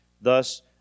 Thus